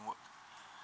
work